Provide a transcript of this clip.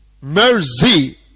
Mercy